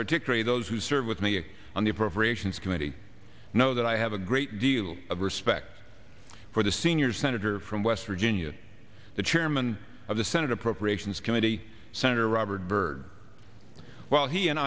particularly those who serve with me on the appropriations committee know that i have a great deal of respect for the senior senator from west virginia the chairman of the senate appropriations committee senator robert byrd well he and